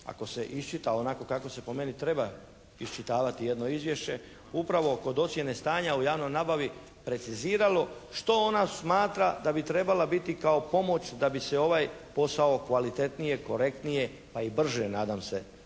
ako se iščita onako kako se po meni treba iščitavati jedno izvješće, upravo kod ocjene stanja u javnoj nabavi preciziralo što ona smatra da bi trebala biti kao pomoć da bi se ovaj posao kvalitetnije, korektnije pa i brže nadam se,